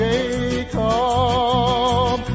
Jacob